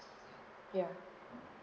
yeah